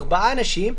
ארבעה אנשים,